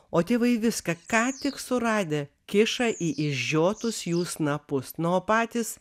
o tėvai viską ką tik suradę kiša į išžiotus jų snapus nu o patys